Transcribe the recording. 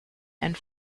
and